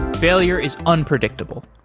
failure is unpredictable.